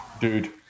dude